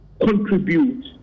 contribute